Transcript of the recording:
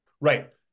right